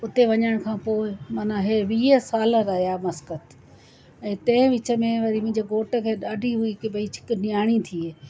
हुते वञण खां पोइ माना इहे वीह साल रहिया मस्कत ऐं तंहिं विच में वरी मुंहिंजे घोट खे ॾाढी हुई की भई छिक नियाणी थिए